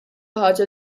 ħaġa